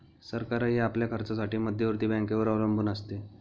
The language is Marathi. सरकारही आपल्या खर्चासाठी मध्यवर्ती बँकेवर अवलंबून असते